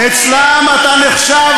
אני מבקשת